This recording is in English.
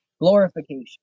glorification